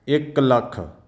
ਇੱਕ ਲੱਖ